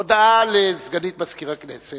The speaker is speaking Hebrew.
הודעה לסגנית מזכיר הכנסת.